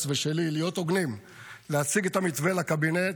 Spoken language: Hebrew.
ושלי להיות הוגנים ולהציג את המתווה לקבינט,